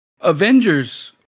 Avengers